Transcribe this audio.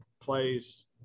plays –